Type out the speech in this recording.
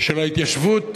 של ההתיישבות